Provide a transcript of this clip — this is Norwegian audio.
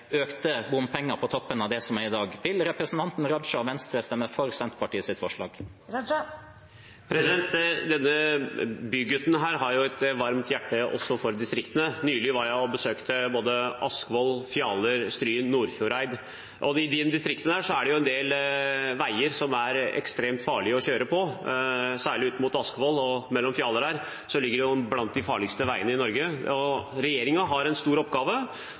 økte bompenger på toppen av det som er i dag. Vil representanten Raja og Venstre stemme for Senterpartiets forslag? Denne bygutten har et varmt hjerte også for distriktene. Nylig besøkte jeg Askvoll, Fjaler, Stryn og Nordfjordeid. I det distriktet er det en del veier som er ekstremt farlige å kjøre på, særlig er veiene ut mot Askvoll og Fjaler blant de farligste i Norge. Regjeringen har en stor oppgave som vi prioriterer, og det er rassikring; det har vi prioritert i alle budsjettene. På samferdselssektoren generelt har